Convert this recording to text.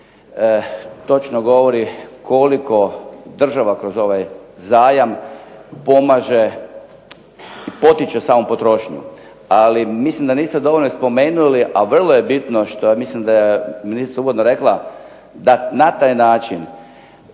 točno govori koliko država kroz ovaj zajam pomaže, potiče samo potrošnju. Ali mislim da niste dovoljno spomenuli a vrlo je bitno što mislim da je ministrica uvodno rekla da na taj način